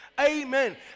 amen